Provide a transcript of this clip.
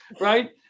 right